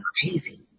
crazy